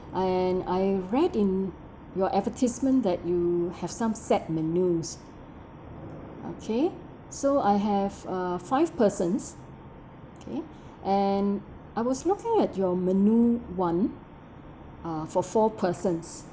and I read in your advertisement that you have some set menus okay so I have uh five persons okay and I was looking at your menu [one] uh for four persons